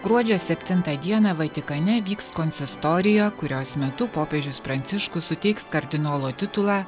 gruodžio septintą dieną vatikane vyks konsistorija kurios metu popiežius pranciškus suteiks kardinolo titulą